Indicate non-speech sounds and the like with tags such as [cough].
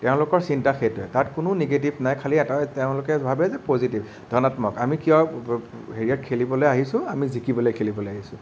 তেওঁলোকৰ চিন্তা সেইটোৱে তাত কোনো নিগেটিভ নাই খালী এটাই তেওঁলোকে ভাবে যে পজিটিভ ধনাত্মক আমি কিয় [unintelligible] খেলিবলৈ আহিছোঁ আমি জিকিবলৈ খেলিবলৈ আহিছোঁ